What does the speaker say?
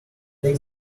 take